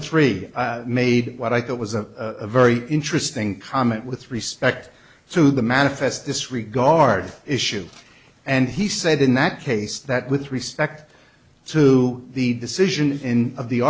three made what i thought was a very interesting comment with respect to the manifest disregard issue and he said in that case that with respect to the decision in of the